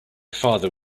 father